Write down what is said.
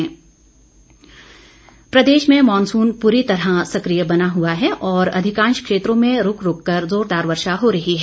मौसम प्रदेश में मॉनसून पूरी तरह सक्रिय बना हुआ है और अधिकांश क्षेत्रों में रुक रुक कर जोरदार वर्षा हो रही है